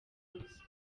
munsi